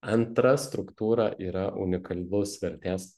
antra struktūra yra unikalus vertės